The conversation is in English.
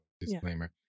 Disclaimer